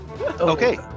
Okay